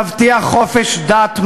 תבטיח חופש דת,